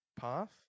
path